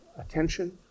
attention